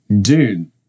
Dude